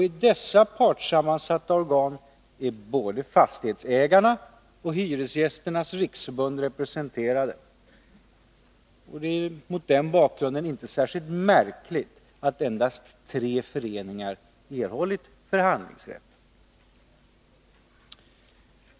I dessa partssammansatta organ är både fastighetsägarna och Hyresgästernas riksförbund representerade. Det är mot den bakgrunden inte särskilt märkligt att endast tre föreningar erhållit förhandlingsrätt.